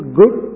good